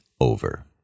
over